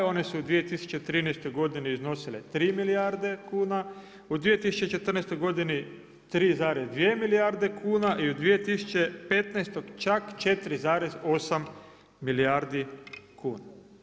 One su u 2013. godini iznosile 3 milijarde kuna, u 2014. godini 3,2 milijarde kuna i u 2015. čak 4,8 milijardi kuna.